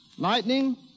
Lightning